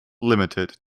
limited